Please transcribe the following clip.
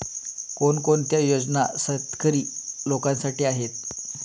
कोणकोणत्या योजना शेतकरी लोकांसाठी आहेत?